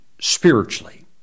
spiritually